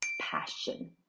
passion